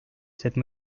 cette